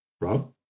Rob